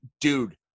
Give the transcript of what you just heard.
Dude